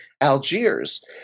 Algiers